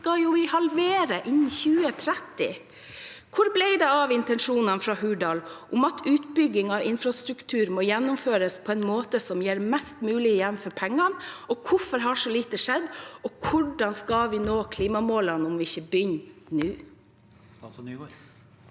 skal vi halvere innen 2030. Hvor ble det av intensjonene fra Hurdal om at utbygging av infrastruktur må gjennomføres på en måte som gir mest mulig igjen for pengene? Hvorfor har så lite skjedd, og hvordan skal vi nå klimamålene om vi ikke begynner nå?